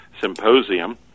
symposium